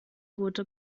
gute